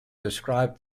described